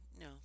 no